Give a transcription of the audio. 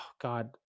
God